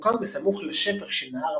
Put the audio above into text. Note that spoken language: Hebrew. וממוקם בסמוך לשפך של נהר המג'רדה,